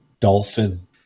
Dolphin